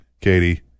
Katie